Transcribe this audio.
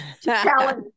challenge